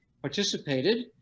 participated